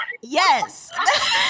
Yes